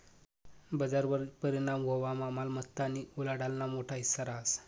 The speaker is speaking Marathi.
बजारवर परिणाम व्हवामा मालमत्तानी उलाढालना मोठा हिस्सा रहास